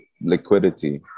liquidity